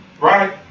Right